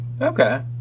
Okay